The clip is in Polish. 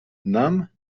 nam